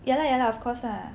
ya lah ya lah of course lah